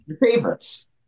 favorites